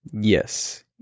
Yes